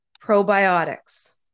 probiotics